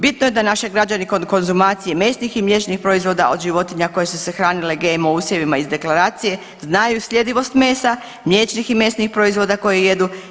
Bitno je da naći građani kod konzumacije mesnih i mliječnih proizvoda od životinja koje su se hranile GMO usjevima iz deklaracije znaju sljedivost mesa, mliječnih i mesnih proizvoda koje jedu.